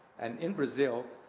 and in brazil,